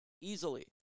easily